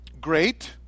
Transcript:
great